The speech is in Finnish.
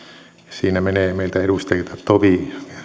siinä menee meiltä edustajilta tovi